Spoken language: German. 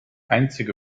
einzige